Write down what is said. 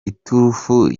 iturufu